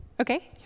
Okay